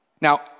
Now